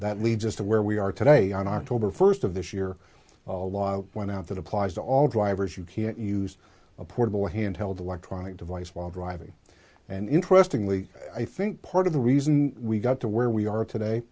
that leads us to where we are today on october first of this year a lot went out that applies to all drivers you can't use a portable handheld electronic device while driving and interestingly i think part of the reason we got to where we are today